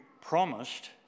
promised